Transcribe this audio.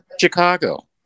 Chicago